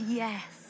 yes